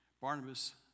Barnabas